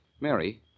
Mary